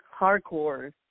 hardcore